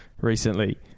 recently